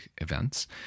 events